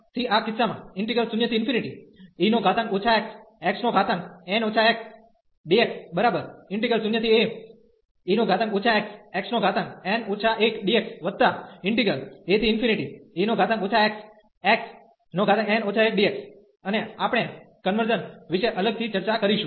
થી આ કિસ્સામાં 0e xxn 1dx0ae xxn 1dxae xxn 1dx અને આપણે કન્વર્ઝન વિશે અલગથી ચર્ચા કરીશું